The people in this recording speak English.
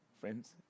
friends